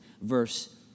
verse